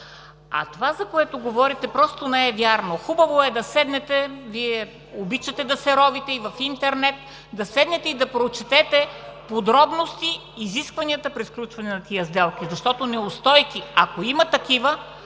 А това, за което говорите, просто не е вярно! Хубаво е да седнете – Вие обичате да се ровите и в интернет, да прочетете подробности и изискванията при сключване на тези сделки. Защото неустойки, ако има такива,